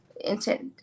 intent